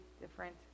different